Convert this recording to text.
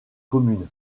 communes